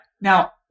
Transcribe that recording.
Now